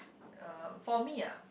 um for me ah